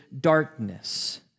darkness